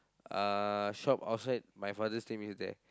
uh shop outside my father's name is there